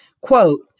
Quote